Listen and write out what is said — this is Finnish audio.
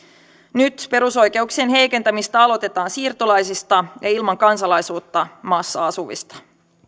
nyt perusoikeuksien heikentäminen aloitetaan siirtolaisista ja ilman kansalaisuutta maassa asuvista